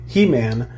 He-Man